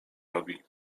robi